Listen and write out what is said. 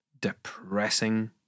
Depressing